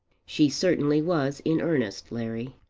she certainly was in earnest, larry.